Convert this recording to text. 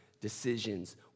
decisions